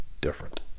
different